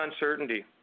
uncertainty